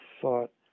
thought